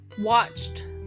watched